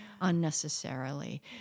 unnecessarily